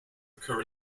occur